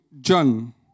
John